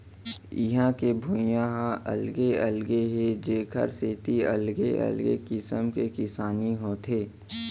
इहां के भुइंया ह अलगे अलगे हे जेखर सेती अलगे अलगे किसम के किसानी होथे